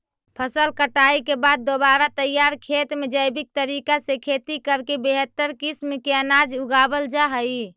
फसल कटाई के बाद दोबारा तैयार खेत में जैविक तरीका से खेती करके बेहतर किस्म के अनाज उगावल जा हइ